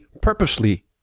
purposely